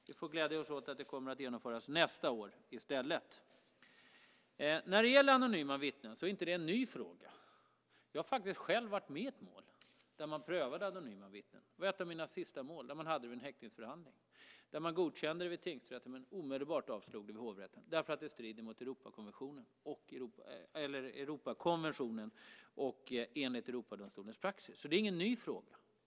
Vi får glädja oss åt att detta kommer att genomföras nästa år i stället. När det gäller anonyma vittnen är inte det en ny fråga. Jag har faktiskt själv varit med i ett mål där man prövade anonyma vittnen. Det var ett av mina sista mål, där man hade det i en häktningsförhandling. Man godkände det i tingsrätten men avslog det omedelbart i hovrätten därför att det strider mot Europakonventionen och Europadomstolens praxis. Det är alltså ingen ny fråga.